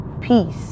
peace